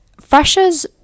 freshers